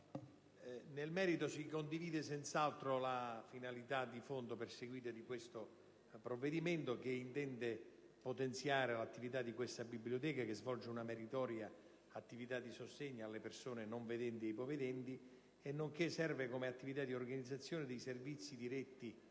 nel merito si condivide senz'altro la finalità di fondo perseguita dal provvedimento in esame, che intende potenziare l'attività di questa biblioteca, che svolge una meritoria attività di sostegno alle persone non vedenti e ipovedenti, nonché un'attività di organizzazione dei servizi diretti